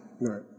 Right